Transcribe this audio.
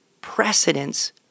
precedence